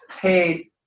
paid